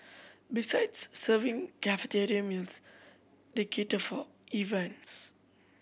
besides serving cafeteria meals they cater for events